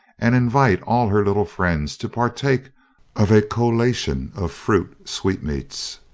and invite all her little friends to partake of a collation of fruit, sweetmeats,